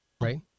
right